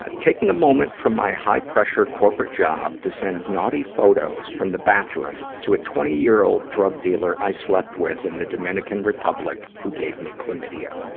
ah taking a moment from my high-pressure corporate job to send naughty photos from the bathroom, to a twenty year old drug dealer i slept with in the dominican republic who gave me chlamydia.